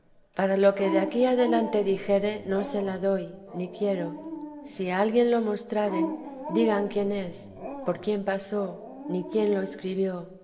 para lo que de aquí adelante dijere no se la doy ni quiero si a alguien lo mostraren digan quién es por quien pasó ni quien lo escribió